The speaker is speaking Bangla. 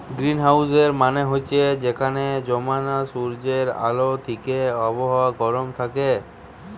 গ্রীনহাউসের মানে হচ্ছে যেখানে জমানা সূর্যের আলো থিকে আবহাওয়া গরম থাকে